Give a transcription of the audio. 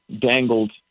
Dangled